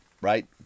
right